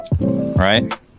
right